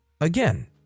Again